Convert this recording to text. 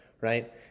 right